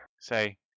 Say